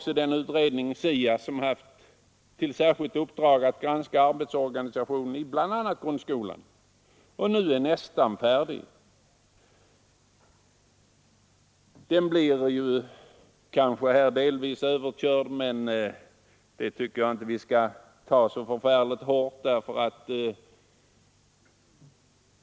SIA-utredningen har haft till särskilt uppdrag att granska arbetsorga nisationen i bl.a. grundskolan. Denna utredning är nu nästan färdig, och den blir kanske här delvis överkörd. Det tycker jag dock att vi inte skall ta så hårt.